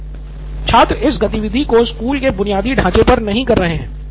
professor छात्र इस गतिविधि को स्कूल के बुनियादी ढांचे पर नहीं कर रहे हैं